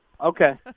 Okay